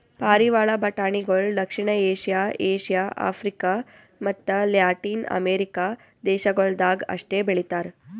ಪಾರಿವಾಳ ಬಟಾಣಿಗೊಳ್ ದಕ್ಷಿಣ ಏಷ್ಯಾ, ಏಷ್ಯಾ, ಆಫ್ರಿಕ ಮತ್ತ ಲ್ಯಾಟಿನ್ ಅಮೆರಿಕ ದೇಶಗೊಳ್ದಾಗ್ ಅಷ್ಟೆ ಬೆಳಿತಾರ್